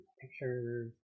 pictures